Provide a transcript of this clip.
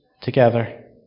together